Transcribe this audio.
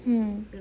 mm